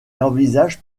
envisage